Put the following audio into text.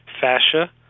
fascia